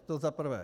To za prvé.